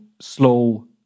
slow